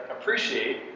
appreciate